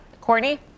Courtney